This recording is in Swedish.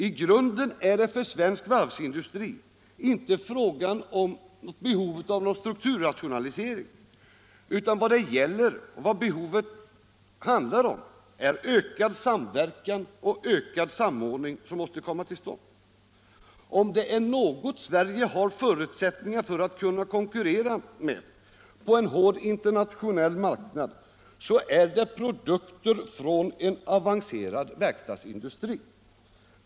I grunden är det för svensk varvsindustri inte fråga om något behov av strukturrationalisering utan av ökad samverkan och samordning. Om det är något Sverige har förutsättningar för att kunna konkurrera med på en hård internationell marknad så är det produkter från en avancerad verkstadsindustri.